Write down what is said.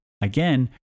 Again